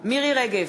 מירי רגב,